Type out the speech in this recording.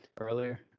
earlier